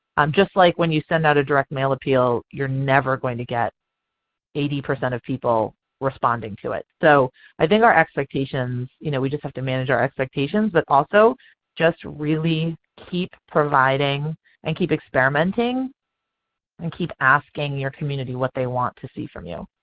um just like when you send out a direct-mail appeal you're never going to get eighty percent of people responding to it. so i think our expectations you know we just have to manage our expectations. but also just really keep providing and keep experimenting and keep asking your community what they want to see from you.